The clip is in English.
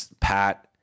Pat